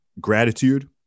gratitude